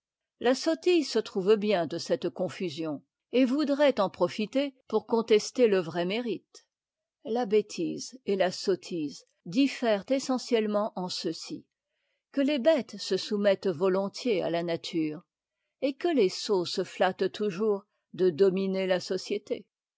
la sottise se trouve bien de cette confusion et voudrait en profiter pour contester le vrai mérite la bêtise et la sottise diffèrent essentiellement en ceci que les bêtes se soumettent volontiers à la nature et que les sots se flattent toujours de dominer la société